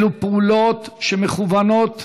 אלו פעולות שמכוונות